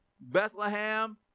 Bethlehem